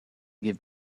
give